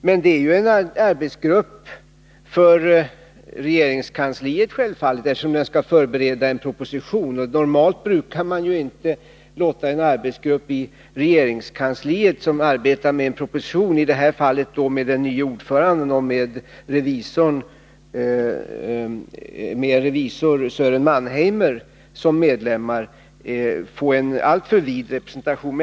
Men det är ju en arbetsgrupp för regeringskansliet, eftersom den skall förbereda en proposition. Normalt brukar man inte låta en arbetsgrupp i regeringskansliet som arbetar med en proposition — i detta fall med den nye ordföranden och revisorn Sören Mannheimer som medlemmar -— få en alltför vid representation.